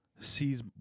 Sees